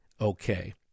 okay